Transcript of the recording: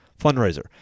fundraiser